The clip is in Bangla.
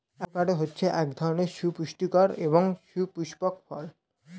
অ্যাভোকাডো হচ্ছে এক ধরনের সুপুস্টিকর এবং সুপুস্পক ফল